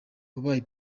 wabaye